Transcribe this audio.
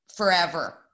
forever